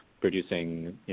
producing